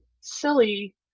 silly